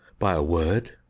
by a word,